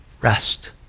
Rest